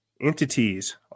entities